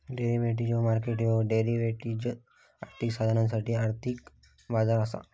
derivative market ह्यो derivatives, आर्थिक साधनांसाठी आर्थिक बाजार असा